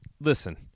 listen